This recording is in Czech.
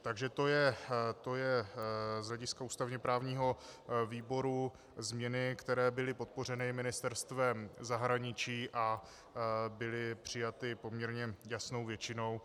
Takže to jsou z hlediska ústavně právního výboru změny, které byly podpořeny Ministerstvem zahraničí a byly přijaty poměrně jasnou většinou.